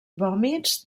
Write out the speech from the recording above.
vòmits